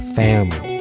family